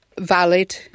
valid